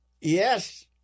Yes